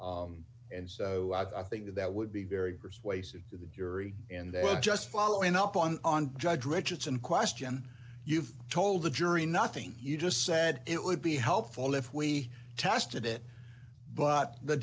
all and so i think that would be very persuasive to the jury and just following up on judge richardson question you've told the jury nothing you just said it would be helpful if we tested it but the